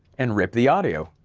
and rip the audio.